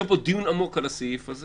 צריך פה דיון עמוק על הסעיף הזה